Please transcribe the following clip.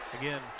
Again